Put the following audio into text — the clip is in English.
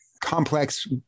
complex